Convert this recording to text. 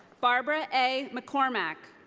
barbara a. mccormack.